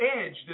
edge